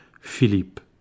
Philippe